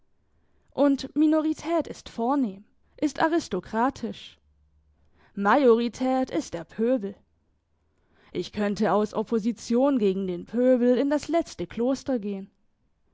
und minorität ist vornehm ist aristokratisch majorität ist der pöbel ich könnte aus opposition gegen den pöbel in das letzte kloster gehen